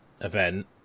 event